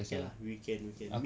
okay lah we can we can